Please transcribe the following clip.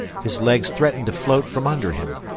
his legs threatened to float from under him,